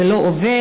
זה לא עובד?